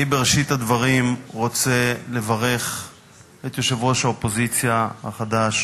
אני בראשית הדברים רוצה לברך את יושב-ראש האופוזיציה החדש,